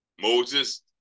Moses